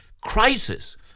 crisis